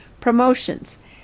promotions